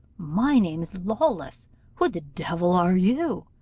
my name's lawless who the devil are you